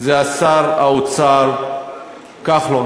זה שר האוצר כחלון,